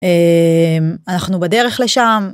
אנחנו בדרך לשם.